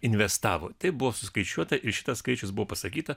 investavo tai buvo suskaičiuota ir šitas skaičius buvo pasakyta